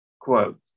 Quote